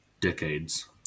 decades